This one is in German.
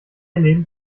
leben